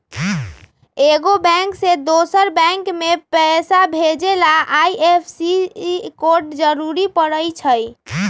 एगो बैंक से दोसर बैंक मे पैसा भेजे ला आई.एफ.एस.सी कोड जरूरी परई छई